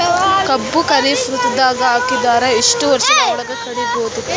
ಕಬ್ಬು ಖರೀಫ್ ಋತುದಾಗ ಹಾಕಿದರ ಎಷ್ಟ ವರ್ಷದ ಒಳಗ ಕಡಿಬಹುದು?